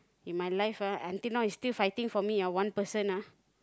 in my life ah until now he still fighting for me ah one person ah